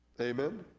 amen